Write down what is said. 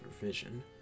vision